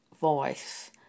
voice